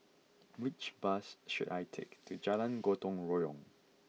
which bus should I take to Jalan Gotong Royong